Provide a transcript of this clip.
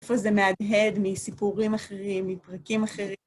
איפה זה מהדהד מסיפורים אחרים, מפרקים אחרים.